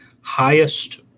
highest